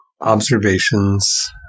observations